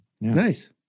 Nice